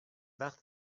وقت